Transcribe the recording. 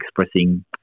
expressing